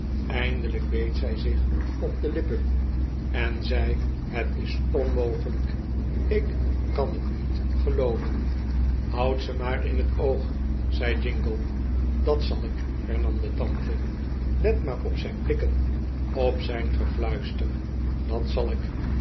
eindelijk beet zij zich op de lippen en zei het is onmogelijk ik kan het niet gelooven houd ze maar in het oog zei jingle dat zal ik hernam de tante let maar op zijn blikken op zijn gefluister dat zal ik